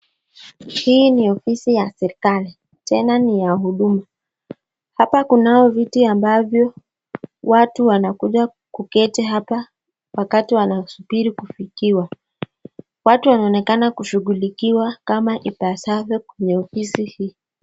Hii ni ofisi ya serikali tena ni ya huduma. Hapa kunao viti ambavyo watu wanakuja kuketi hapa wakati wanasubiri kufikiwa. Watu wanaonekana kushughulikiwa kama ipasavyo kwenye ofisi hii.